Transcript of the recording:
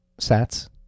Sats